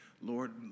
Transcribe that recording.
Lord